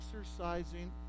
exercising